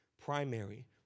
primary